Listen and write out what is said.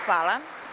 Hvala.